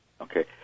Okay